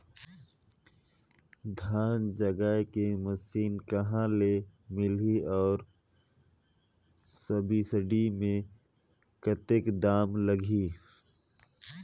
धान जगाय के मशीन कहा ले मिलही अउ सब्सिडी मे कतेक दाम लगही?